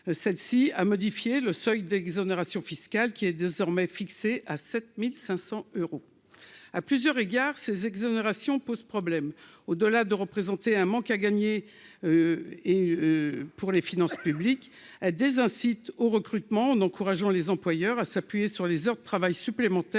celle-ci a modifié le seuil d'exonération fiscale qui est désormais fixé à 7500 euros à plusieurs égards, ces exonérations pose problème au, delà de représenter un manque à gagner et pour les finances publiques des incite au recrutement en encourageant les employeurs à s'appuyer sur les heures de travail supplémentaires